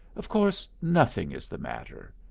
of course, nothing is the matter.